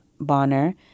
Bonner